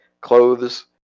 clothes